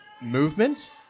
movement